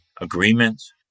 agreements